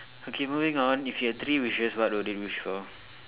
okay moving on if you have three wishes what would you wish for